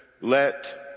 let